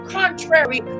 contrary